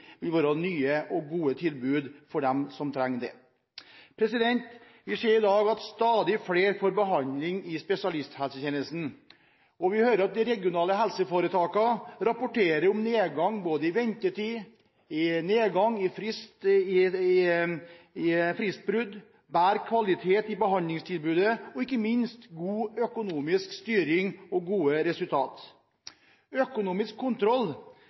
vil være nye og gode tilbud for dem som trenger det. Vi ser i dag at stadig flere får behandling i spesialisthelsetjenesten, og vi hører at de regionale helseforetakene rapporterer om nedgang i ventetid, nedgang i fristbrudd, bedre kvalitet i behandlingstilbudet, og ikke minst god økonomisk styring og gode resultater. Økonomisk kontroll